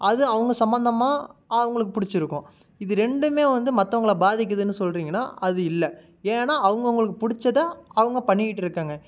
அது அவங்க சம்மந்தமாக அவங்களுக்கு பிடிச்சிருக்கும் இது ரெண்டுமே வந்து மத்தவங்கள பாதிக்கிறதுன்னு சொல்லுறிங்கன்னா அது இல்லை ஏன்னா அவங்கவுங்களுக்கு பிடிச்சதா அவங்க பண்ணிட்டுருக்காங்க